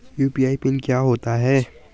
UPI pin क्या होता है?